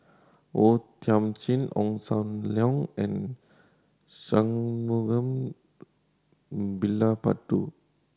O Thiam Chin Ong Sam Leong and Shangguan